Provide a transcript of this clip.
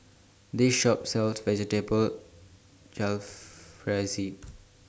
This Shop sells Vegetable Jalfrezi